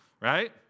right